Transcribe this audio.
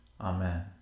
Amen